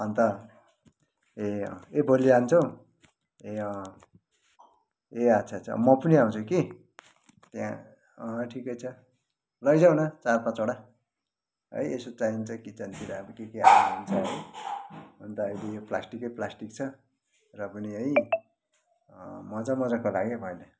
अन्त ए अँ ए भोलि जान्छौ ए अँ ए अच्छा अच्छा म पनि आउँछु कि त्यहाँ अँ ठिकै छ लैजाउ न चार पाँचवटा है यसो चाहिन्छ किचनतिर अब के के हाल्नु हुन्छ है अन्त अहिले प्लास्टिकै प्लास्टिक छ र पनि है मज्जा मज्जाको लाग्यो मैले